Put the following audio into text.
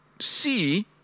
see